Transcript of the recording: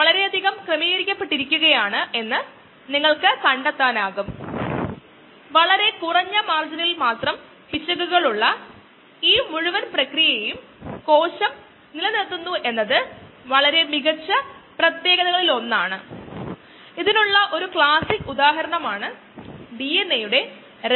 വളർച്ചാ നിരക്ക് നമുക്ക് കാണാനാകുന്നതുപോലെ നമ്മൾ ഇതിൽ നിന്ന് പുറത്തുകടക്കും ലാക്ടോസിന്റെ വളർച്ചാ നിരക്കിനെ അപേക്ഷിച്ച് ഇവിടെ എങ്ങനെ ലഭിക്കും എന്ന് നമുക്ക് കാണാം